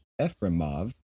Efremov